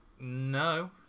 no